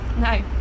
No